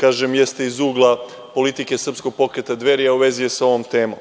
koje jeste iz ugla politike Srpskog pokreta „Dveri“, a u vezi je sa ovom temom.